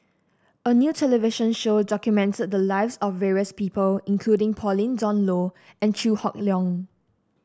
a new television show documented the lives of various people including Pauline Dawn Loh and Chew Hock Leong